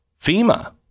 FEMA